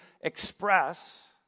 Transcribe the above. express